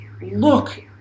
look